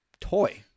toy